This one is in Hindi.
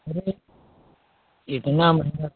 अरे तो इतना महंगा